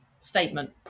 statement